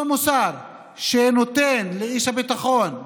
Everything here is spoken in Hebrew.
אותו מוסר שנותן לאיש הביטחון,